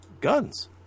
guns